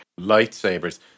lightsabers